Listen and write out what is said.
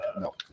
no